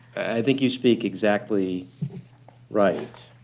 i think you speak exactly right.